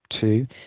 two